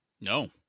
No